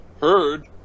heard